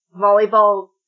volleyball